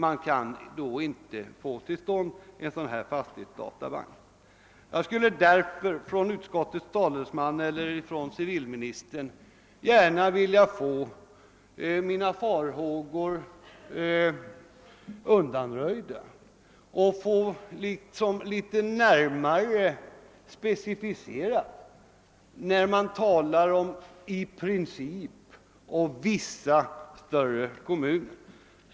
Man kan då inte få till stånd en fastighetsdatabank. Jag skulle därför från utskottets talesman eller från civilministern gärna vilja ha mina farhågor undanröjda och få litet närmare specificerat vad man avser när man talar om »i princip» och »vissa större kommuner».